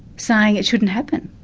saying it shouldn't happen.